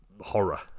horror